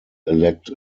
elect